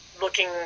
looking